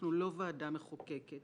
אנחנו לא ועדה מחוקקת.